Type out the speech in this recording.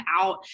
out